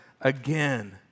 again